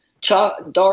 dark